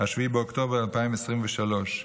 7 באוקטובר 2023,